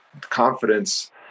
confidence